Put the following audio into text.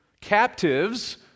captives